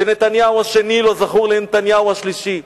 ונתניהו השני לא זכור לנתניהו השלישי.